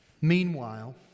Meanwhile